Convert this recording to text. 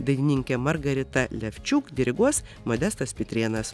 dainininkė margarita levčiuk diriguos modestas pitrėnas